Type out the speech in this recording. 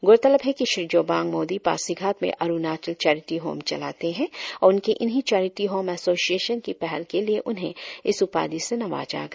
गौरतलब है कि श्री जोबांग मोदी पासीघाट में अरुणाचल चेरिटी होम चलाते है और उनके इन्हीं चेरिटी होम एसोसियेशन की पहल के लिए उन्हें इस उपाधी से नवाजा गया